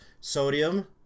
sodium